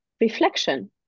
reflection